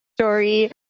story